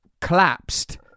collapsed